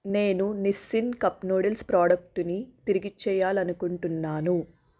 నేను Nissin cup noodles ప్రొడెక్టుని తిరిగిచ్చేయాలనుకుంటున్నాను